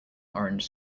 orange